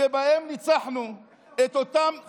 שבו ניצחנו את אותן גזרות של אנטיוכוס,